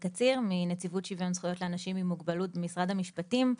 מנציבות שוויון זכויות לאנשים עם מוגבלות במשרד המשפטים.